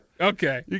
Okay